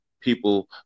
people